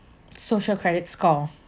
social credit score